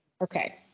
Okay